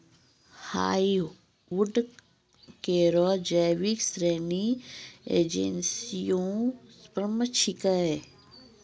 hardwood केरो जैविक श्रेणी एंजियोस्पर्म छिकै